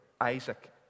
Isaac